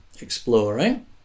exploring